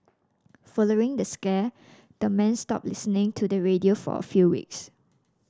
following the scare the men stopped listening to the radio for a few weeks